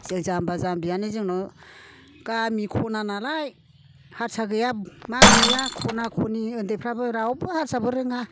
जों जाम्बा जाम्बियानो जोंनि गामि खना नालाय हारसा गैया मा गैया खना खनि उन्दैफ्राबो रावबो हारसाबो रोङा